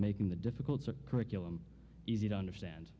making the difficult curriculum easy to understand